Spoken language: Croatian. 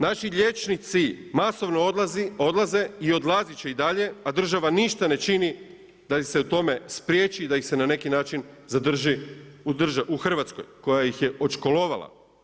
Naši liječnici masovno odlaze i odlaziti će i dalje a država ništa ne čini da ih se u tome spriječi i da ih se na neki način zadrži u Hrvatskoj koja ih je odškolovala.